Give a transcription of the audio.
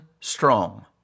strong